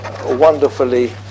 wonderfully